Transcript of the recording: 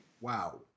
Wow